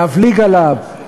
להבליג עליו,